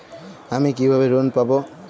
আমি কিভাবে লোন পাব?